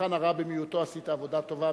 במבחן הרע במיעוטו עשית עבודה טובה,